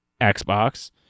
Xbox